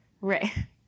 Right